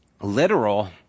literal